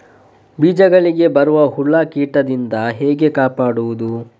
ಬೀಜಗಳಿಗೆ ಬರುವ ಹುಳ, ಕೀಟದಿಂದ ಹೇಗೆ ಕಾಪಾಡುವುದು?